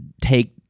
take